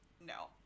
no